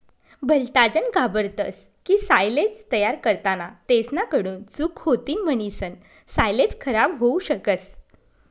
भलताजन घाबरतस की सायलेज तयार करताना तेसना कडून चूक होतीन म्हणीसन सायलेज खराब होवू शकस